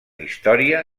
història